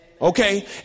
Okay